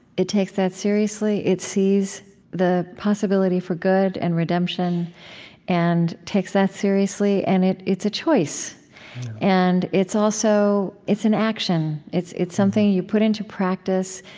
it takes that seriously. it sees the possibility for good and redemption and takes that seriously. and it's a choice and it's also it's an action. it's it's something you put into practice,